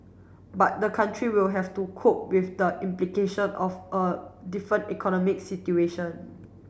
but the country will have to cope with the implication of a different economic situation